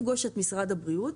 הוא לא יפגוש את משרד הבריאות.